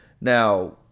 Now